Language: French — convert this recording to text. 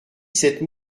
cette